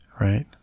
Right